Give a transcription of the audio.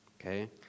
Okay